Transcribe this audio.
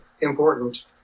important